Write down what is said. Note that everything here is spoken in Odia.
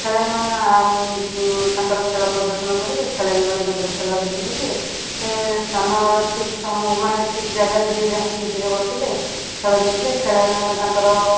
ଖେଳାଳିମାନେ ଆଉ ତାଙ୍କର ଖେଳ ପ୍ରଦର୍ଶନ କରିବେ ଖେଳାଳି ମାନେ ତାଙ୍କର ଖେଳ ଦେଖି ପାରିବେ ସେ ସ୍ଥାନ ଠିକ୍ ସମୟ ମାନେ ଠିକ୍ ଜାଗାରେ ଯିଏ ଯାହା ସିଟରେ ବସିଲେ ଖେଳ ଦେଖିଲେ ଖେଳାଳିମାନେ ତାଙ୍କର